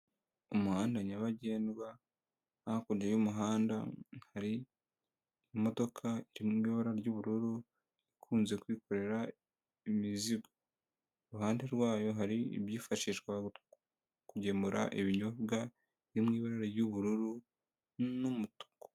Umuhanda nyabagendwa, hakurya y'umuhanda hari imodoka iri mu ibara ry'ubururu, ikunze kwikorera imizigo. Iruhande rwayo hari ibyifashishwa kugemura ibinyobwa, byo mu ibara ry'ubururu n'umutuku.